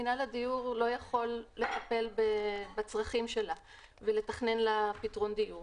מינהל הדיור לא יכול לטפל בצרכים שלה ולתכנן לה פתרון דיור.